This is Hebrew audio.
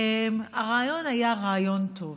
הרעיון היה רעיון טוב,